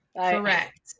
Correct